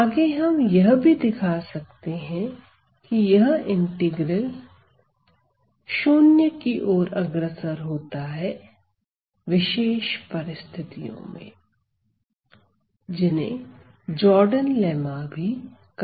आगे हम यह भी दिखा सकते हैं कि यह इंटीग्रल 0 की ओर अग्रसर होता है विशेष परिस्थितियों में जिन्हें जॉर्डन लेमा कहा जाता है